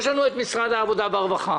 יש לנו את משרד העבודה והרווחה,